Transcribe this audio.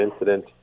incident